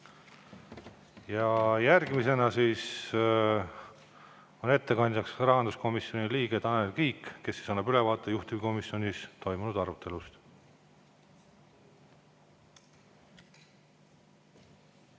Järgmisena on ettekandjaks rahanduskomisjoni liige Tanel Kiik, kes annab ülevaate juhtivkomisjonis toimunud arutelust.